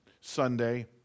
Sunday